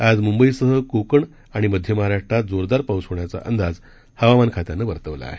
आज मुंबईसह कोकण आणि मध्य महाराष्ट्रात जोरदार पाऊस होण्याचा अंदाज हवामान खात्यानं वर्तवला आहे